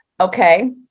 okay